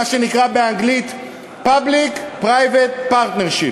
מה שנקרא באנגלית public-private partnership.